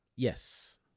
Yes